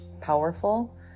powerful